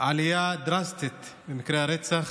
עלייה דרסטית במקרי הרצח.